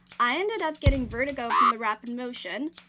i ended up getting vertigo from the rapid motion,